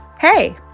Hey